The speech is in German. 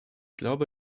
glaube